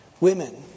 Women